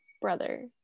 brother